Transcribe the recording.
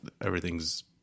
everything's